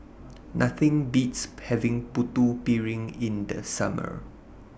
Nothing Beats having Putu Piring in The Summer